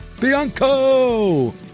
Bianco